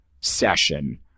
session